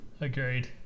agreed